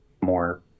more